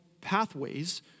pathways